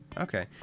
Okay